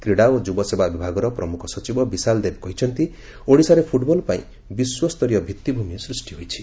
କ୍ରୀଡ଼ା ଓ ଯୁବସେବା ବିଭାଗର ପ୍ରମୁଖ ସଚିବ ବିଶାଲ୍ ଦେବ କହିଛନ୍ତି ଓଡ଼ିଶାରେ ଫୁଟ୍ବଲ୍ ପାଇଁ ବିଶ୍ୱସ୍ତରୀୟ ଭିଉିଭ୍ରମି ସୃଷ୍ଟି ହୋଇଛି